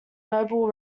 noble